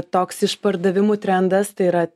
toks išpardavimų trendas tai yra